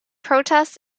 protests